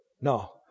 No